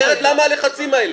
אחרת למה הלחצים האלה?